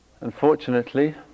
Unfortunately